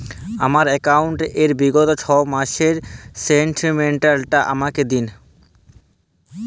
আমার অ্যাকাউন্ট র বিগত ছয় মাসের স্টেটমেন্ট টা আমাকে দিন?